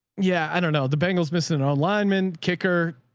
yeah. i don't know the bengals missing in our linemen kicker.